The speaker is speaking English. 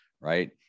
right